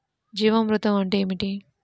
జీవామృతం అంటే ఏమిటి?